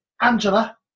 Angela